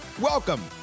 welcome